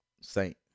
Saint